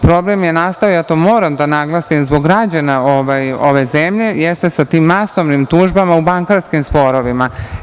Problem je nastao, ja to moram da naglasim i zbog građana ove zemlje, jeste sa tim masovnim tužbama u bankarskim sporovima.